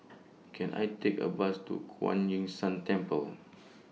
Can I Take A Bus to Kuan Yin San Temple